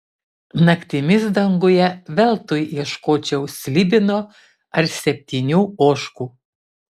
naktimis danguje veltui ieškočiau slibino ar septynių ožkų